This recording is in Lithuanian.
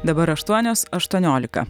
dabar aštuonios aštuoniolika